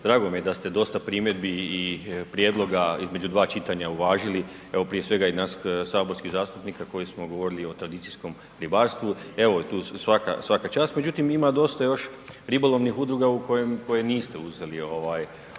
drago mi je da ste dosta primjedbi i prijedloga između dva čitanja uvažili, evo prije svega i nas saborskih zastupnika koji smo govorili i o tradicijskom ribarstvu evo tu svaka čast. Međutim, ima dosta još ribolovnih udruga koje niste uzeli u